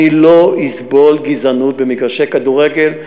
אני לא אסבול גזענות במגרשי כדורגל,